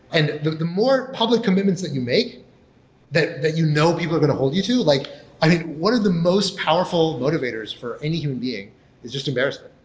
and the the more public commitments that you make that that you know people are going to hold you to like i think what are the most powerful motivators for any human being is just embarrassing